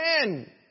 men